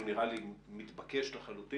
שהוא נראה לי מתבקש לחלוטין.